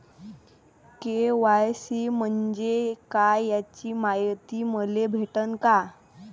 KYC म्हंजे काय याची मायती मले भेटन का?